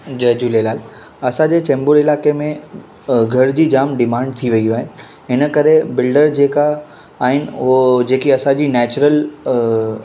जय झूलेलाल असांजे चेंबूर इलाइक़े में घर जी जामु डिमांड थी वई आहे इनकरे बिल्डर जेका आहिनि उहो जेकी असांजी नॅचरल